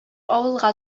авылга